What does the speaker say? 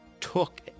took